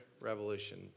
revolution